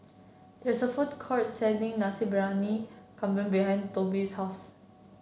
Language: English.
there is a food court selling Nasi Briyani Kambing behind Tobi's house